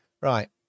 Right